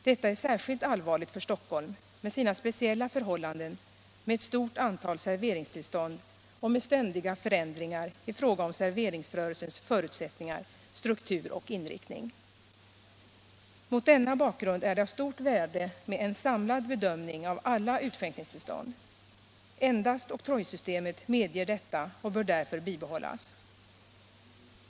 Detta är särskilt allvarligt för Stockholm med sina speciella förhållanden med ett stort antal serveringstillstånd och med ständiga förändringar i fråga om serveringsrörelsens förutsättningar, struktur och inriktning. Mot denna bakgrund är det av stort värde med en samlad bedömning av alla utskänkningstillstånd. Endast oktrojsystemet medger detta och bör därför bibehållas.